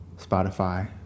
Spotify